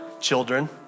children